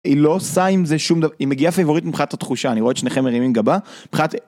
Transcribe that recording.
היא לא עושה עם זה שום דבר, היא מגיעה פייבורטית מבחינת התחושה, אני רואה את שניכם מרימים גבה.